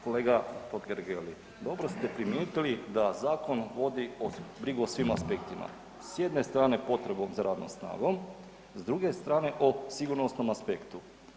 Kolega Totgergeli, dobro ste primijetili da zakon vodi brigu o svim aspektima, s jedne strane potrebu za radnom snagom, s druge strane o sigurnosnom aspektu.